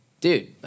Dude